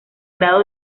grado